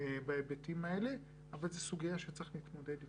בהיבטים האלה, אבל זה סוגיה שצריך להתמודד איתה.